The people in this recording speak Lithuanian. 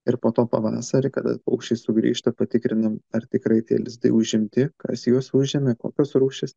ir po to pavasarį kada paukščiai sugrįžta patikrinam ar tikrai tie lizdai užimti kas juos užėmė kokios rūšys